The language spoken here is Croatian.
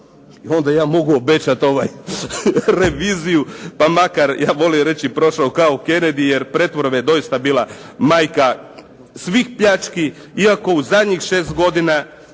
onda ja mogu obećati reviziju pa makar, ja volim reći, prošao kao Kennedy jer pretvorba je doista bila majka svih pljački iako u zadnjih 6 godina